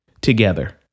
together